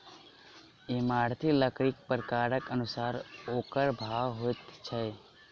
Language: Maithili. इमारती लकड़ीक प्रकारक अनुसारेँ ओकर भाव होइत छै